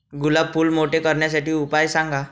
गुलाब फूल मोठे करण्यासाठी उपाय सांगा?